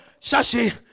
Shashi